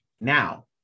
now